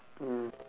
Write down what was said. mm